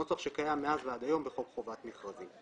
נוסח שקיים מאז ועד היום בחוק חובת מכרזים.